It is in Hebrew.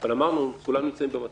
אבל אמרנו כולם נמצאים במצב.